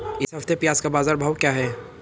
इस हफ्ते प्याज़ का बाज़ार भाव क्या है?